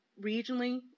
regionally